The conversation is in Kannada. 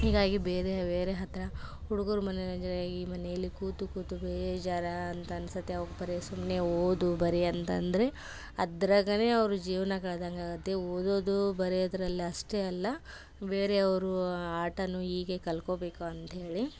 ಹೀಗಾಗಿ ಬೇರೆ ಬೇರೆ ಹತ್ತಿರ ಹುಡುಗರು ಮನೊರಂಜನೆ ಈ ಮನೆಯಲ್ಲಿ ಕೂತು ಕೂತು ಬೇಜಾರು ಅಂತ ಅನ್ಸುತ್ತೆ ಅವ್ಕೆ ಬರೀ ಸುಮ್ಮನೆ ಓದು ಬರೆ ಅಂತ ಅಂದರೆ ಅದ್ರಾಗ ಅವ್ರು ಜೀವನ ಕಳ್ದಂಗೆ ಆಗುತ್ತೆ ಓದೋದು ಬರೆಯೋದ್ರಲ್ಲಿ ಅಷ್ಟೇ ಅಲ್ಲ ಬೇರೆಯವರೂ ಆಟನ್ನು ಹೀಗೇ ಕಲ್ತ್ಕೋಬೇಕು ಅಂತೇಳಿ